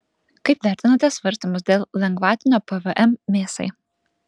kaip vertinate svarstymus dėl lengvatinio pvm mėsai